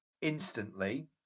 instantly